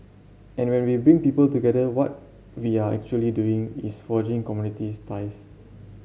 and when we bring people together what we are actually doing is forging communities ties